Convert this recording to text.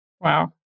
Wow